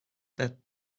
that